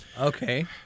Okay